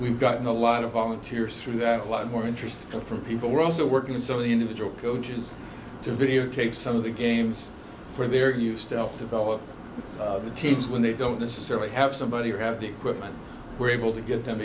we've gotten a lot of volunteers through that a lot more interest from people we're also working on some of the individual coaches to videotape some of the games for their use to help develop teach when they don't necessarily have somebody who have the equipment we're able to get them